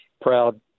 proud